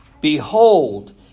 Behold